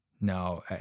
no